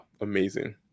amazing